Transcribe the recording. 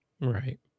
Right